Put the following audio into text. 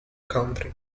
country